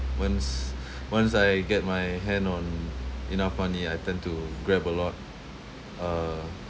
once once I get my hand on enough money I tend to Grab a lot uh